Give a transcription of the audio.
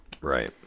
Right